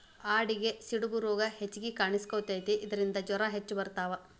ಆಡಿಗೆ ಸಿಡುಬು ರೋಗಾ ಹೆಚಗಿ ಕಾಣಿಸಕೊತತಿ ಇದರಿಂದ ಜ್ವರಾ ಹೆಚ್ಚ ಬರತಾವ